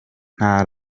nta